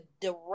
direct